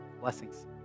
Blessings